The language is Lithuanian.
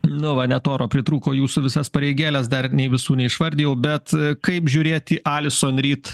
nu va net oro pritrūko jūsų visas pareigėles dar ir nei visų neišvardijau bet kaip žiūrėti alison ryt